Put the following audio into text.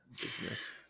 business